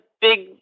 big